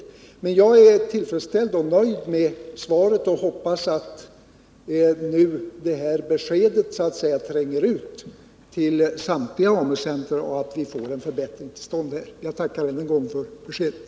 Men jag är rätt tillfredsställd och nöjd med svaret, och jag hoppas att detta besked nu tränger ut till samtliga AMU-centra och att vi får en förbättring till stånd. Jag tackar än en gång för beskedet.